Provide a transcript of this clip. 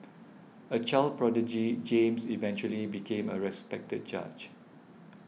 a child prodigy James eventually became a respected judge